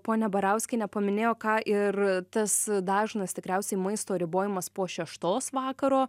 ponia barauskienė paminėjo ką ir tas dažnas tikriausiai maisto ribojimas po šeštos vakaro